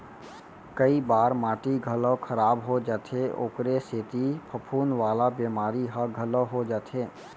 कई बार माटी घलौ खराब हो जाथे ओकरे सेती फफूंद वाला बेमारी ह घलौ हो जाथे